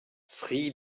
sri